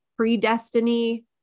predestiny